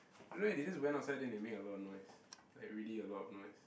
don't know eh they just went outside then they make a lot of noise like really a lot of noise